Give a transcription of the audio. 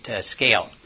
scale